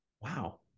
Wow